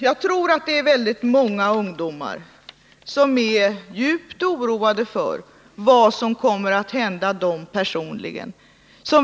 Jag tror att många ungdomar är djupt oroade över vad som kommer att hända dem personligen.